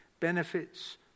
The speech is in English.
benefits